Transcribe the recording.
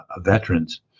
veterans